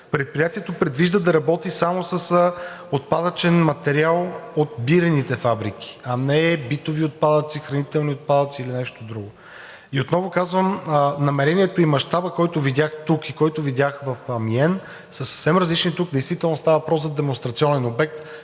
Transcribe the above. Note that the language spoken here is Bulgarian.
Предприятието предвижда да работи само с отпадъчен материал от бирените фабрики, а не битови отпадъци, хранителни отпадъци или нещо друго. И отново казвам, намерението и мащабът, който видях тук и който видях в Амиен, са съвсем различни. Тук действително става въпрос за демонстрационен обект,